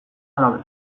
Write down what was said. alabek